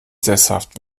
sesshaft